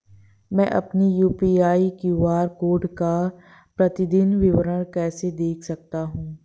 मैं अपनी UPI QR code का प्रतीदीन विवरण कैसे देख सकता हूँ?